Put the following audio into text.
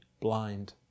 blind